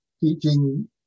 teaching